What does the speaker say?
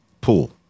pool